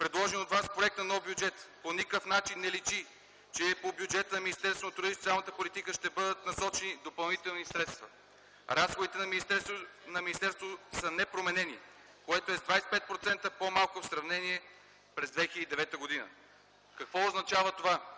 предложения от вас проект на нов бюджет по никакъв начин не личи, че към бюджета на Министерството на труда и социалната политика ще бъдат насочени допълнителни средства. Разходите на министерството са непроменени, което е 25% по-малко в сравнение с 2009 г. Какво означава това?